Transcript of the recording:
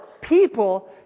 people